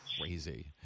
Crazy